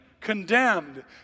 condemned